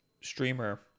streamer